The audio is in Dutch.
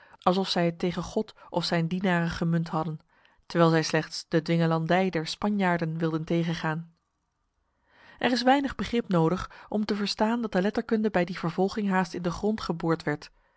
alsof zij het tegen god of zijn dienaren gemunt hadden terwijl zij slechts de dwingelandij der spanjaarden wilden tegengaan er is weinig begrip nodig om te verstaan dat de letterkunde bij die vervolging haast in de grond geboord werd